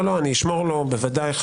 מה